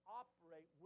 operate